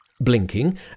Blinking